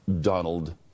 Donald